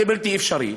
זה בלתי אפשרי.